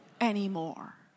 anymore